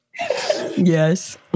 Yes